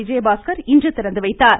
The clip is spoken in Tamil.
விஜயபாஸ்கர் இன்று திறந்துவைத்தார்